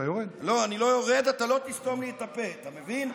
אתה לא צנזור ולא תגיד לי מה לומר, אתה מבין?